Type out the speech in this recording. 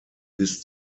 bis